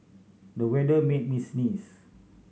the weather made me sneeze